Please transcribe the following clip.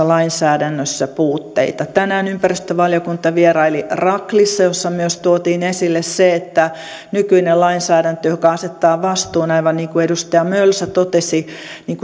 lainsäädännössä puutteita tänään ympäristövaliokunta vieraili raklissa jossa myös tuotiin esille se että nykyinen lainsäädäntö joka asettaa vastuun aivan niin kuin edustaja mölsä totesi